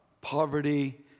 poverty